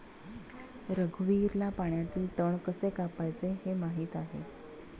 रघुवीरला पाण्यातील तण कसे कापायचे हे माहित आहे